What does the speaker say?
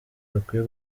bakwiye